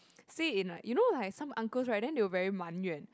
say in like you know like some uncles right then will very Man Yuan